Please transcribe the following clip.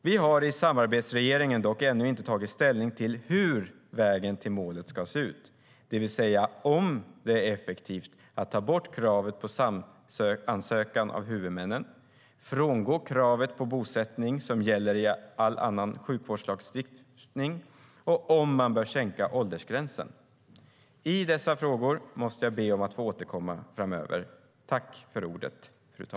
Vi i samarbetsregeringen har dock ännu inte tagit ställning till hur vägen till målet ska se ut, det vill säga om det är effektivt att ta bort kravet på samansökan av huvudmännen, frångå kravet på bosättning som gäller i all annan sjukvårdslagstiftning och om man bör sänka åldersgränsen. I dessa frågor måste jag be att få återkomma framöver.